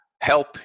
help